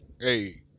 hey